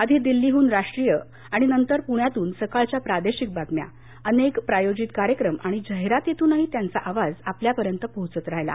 आधी दिल्लीहून राष्ट्रीय आणि नंतर पुण्यातून सकाळच्या प्रादेशिक बातम्या अनेक प्रायोजित कार्यक्रम आणि जाहीरातींतूनही त्यांचा आवाज आपल्यापर्यंत पोहोचत राहिला